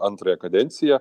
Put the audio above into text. antrąją kadenciją